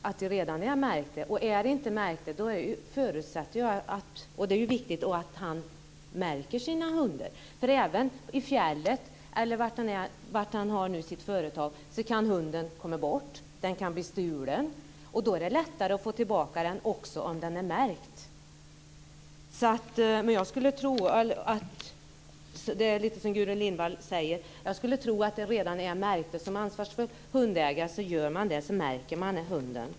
Fru talman! När det gäller den här draghundsägaren skulle jag tro att hans hundar redan är märkta. Det är viktigt att han märker sina hundar. Även på fjället eller var han har sitt företag kan hunden komma bort eller bli stulen. Det är lättare att få tillbaka den om den är märkt. Jag skulle tro att det är så som Gudrun Lindvall säger och att de redan är märkta. Som ansvarsfull hundägare märker man sin hund.